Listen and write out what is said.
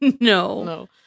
No